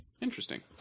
Interesting